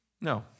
No